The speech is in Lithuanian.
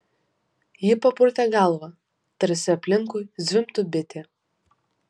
ji papurtė galvą tarsi aplinkui zvimbtų bitė